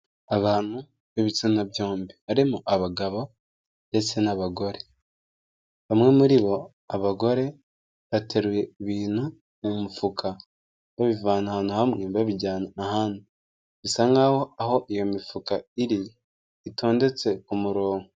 Abantu b'ibitsina byombi barimo abagabo ndetse n'abagore, bamwe muri bo abagore bateruye ibintu mu mufuka, babivana ahantu hamwe babijyana ahandi. Bisa nkaho aho iyo mifuka iri itondetse ku murongo.